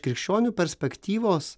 krikščionių perspektyvos